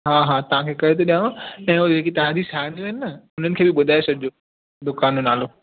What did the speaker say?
हा हा तव्हां खे करे थो ॾियांव ऐं हो जेकी तव्हांजी साहिड़ियूं आहिनि न उन्हनि खे बि ॿुधाए छॾिजो दुकानु जो नालो